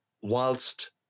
whilst